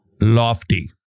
lofty